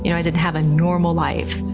you know i didn't have a normal life.